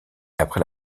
après